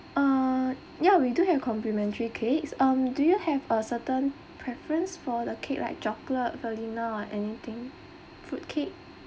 uh ya we do have complimentary cakes um do you have a certain preference for the kid like chocolate vanilla or anything fruit cake